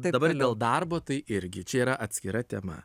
dabar dėl darbo tai irgi čia yra atskira tema